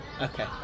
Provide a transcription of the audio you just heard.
Okay